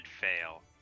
fail